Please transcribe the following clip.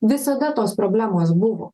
visada tos problemos buvo